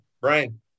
Brian